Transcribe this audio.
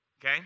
Okay